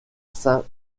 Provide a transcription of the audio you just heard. sain